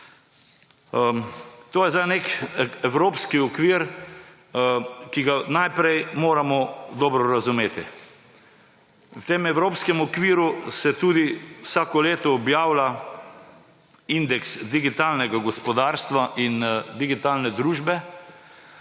zdaj nek evropski okvir, ki ga najprej moramo dobro razumeti. V tem evropskem okviru se tudi vsako leto objavlja indeks digitalnega gospodarstva in digitalne družbe.